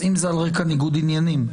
אם זה על רקע ניגוד עניינים.